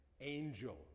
angel